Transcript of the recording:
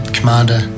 Commander